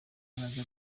imbaraga